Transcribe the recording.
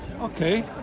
Okay